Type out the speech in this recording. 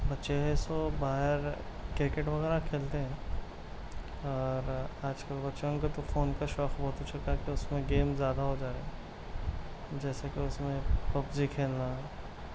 بچے ہے سو باہر کرکٹ وغیرہ کھیلتے ہیں اور آج کل بچوں کا تو فون کا شوق بہت ہو چکا ہے کہ اس میں گیم زیادہ ہو جا رہے ہیں جیسا کہ اس میں پب جی کھیلنا